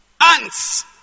Ants